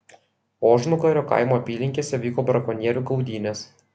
ožnugario kaimo apylinkėse vyko brakonierių gaudynės